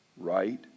right